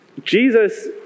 Jesus